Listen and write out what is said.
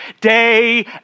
day